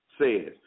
says